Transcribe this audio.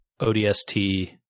ODST